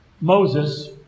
Moses